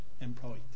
employed